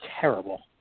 terrible